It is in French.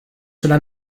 cela